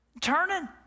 turning